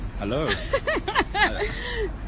Hello